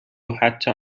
حتا